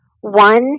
One